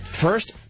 First